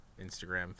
Instagram